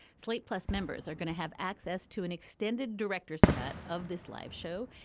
slate plus members are gonna have access to an extended director's cut of this live show.